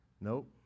Nope